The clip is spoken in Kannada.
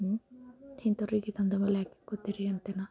ಹ್ಞೂಂ ಇಂಥವ್ರಿಗೆ ಧಂದೆ ಮ್ಯಾಲೆ ಯಾಕೆ ಇಕ್ಕೋತಿರಿ ಅಂತೆ ನಾ